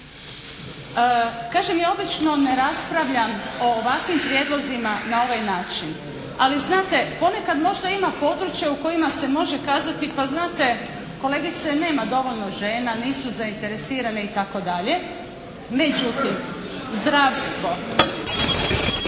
Kažem, ja obično ne raspravljam o ovakvim prijedlozima na ovaj način. Ali znate, ponekad možda ima područja u kojima se može kazati pa znate kolegice nema dovoljno žena, nisu zainteresirane itd. Međutim, zdravstvo